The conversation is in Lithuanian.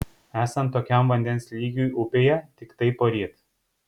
esant tokiam vandens lygiui upėje tiktai poryt